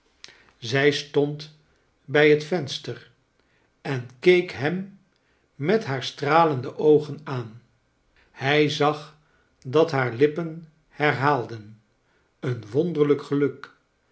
zij stand bij het venster en keek hem met haar stralende oogen aan hij zag dat haar lippen herhaalden een wonderlijk geluk